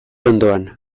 ondoan